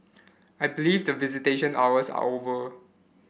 I believe the visitation hours are over